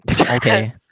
Okay